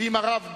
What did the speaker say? ועם הרב גורן,